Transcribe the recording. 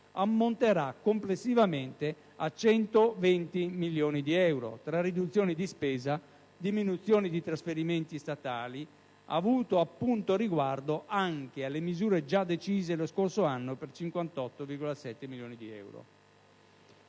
ammonta complessivamente a 120 milioni di euro, tra riduzioni di spesa e diminuzioni di trasferimenti statali, avuto appunto riguardo anche alle misure già decise lo scorso anno per 58,7 milioni di euro.